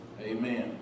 Amen